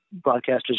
broadcasters